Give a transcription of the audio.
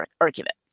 argument